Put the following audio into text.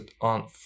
on